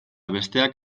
besteak